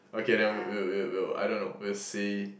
okay then we'll we'll we'll I don't know we'll see